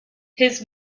his